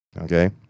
Okay